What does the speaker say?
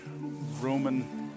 roman